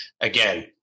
Again